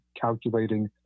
calculating